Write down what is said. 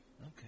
Okay